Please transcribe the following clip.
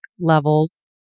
levels